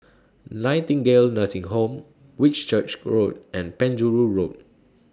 Nightingale Nursing Home Whitchurch Road and Penjuru Road